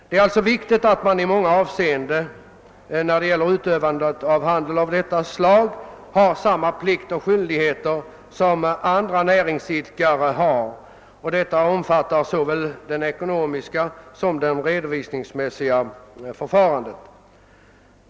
Det är viktigt att utövandet av tillfällig handel medför samma plikter och skyldigheter som gäller för andra näringsidkare, i fråga om såväl det ekonomiska som det redovisningsmässiga förfarandet.